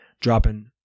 dropping